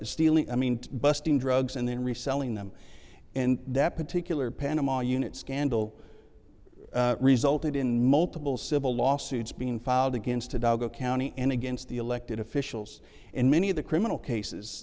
stealing i mean busting drugs and then reselling them in that particular panama unit scandal resulted in multiple civil lawsuits being filed against a dago county and against the elected officials and many of the criminal cases